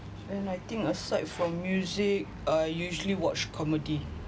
and I think aside from music I usually watch comedy